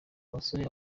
abasore